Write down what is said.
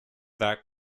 that